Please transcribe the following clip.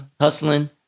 hustling